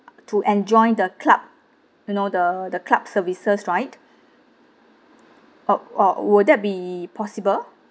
to enjoy the club you know the the club's services right oh oh would that be possible